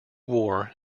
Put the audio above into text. war